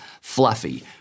fluffy